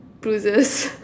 bruises